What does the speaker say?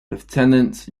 lieutenant